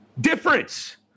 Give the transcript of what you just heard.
difference